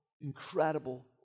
incredible